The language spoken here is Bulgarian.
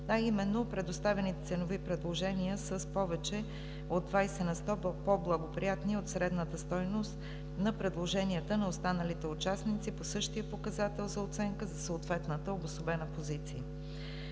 а именно предоставените ценови предложения с повече от 20 на сто по-благоприятни от средната стойност на предложенията на останалите участници по същия показател за оценка за съответната обособена позиция.